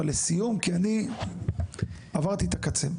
אבל לסיום כי אני עברתי את הקצה,